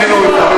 אם היינו מקבלים,